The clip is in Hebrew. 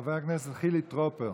חבר הכנסת חילי טרופר.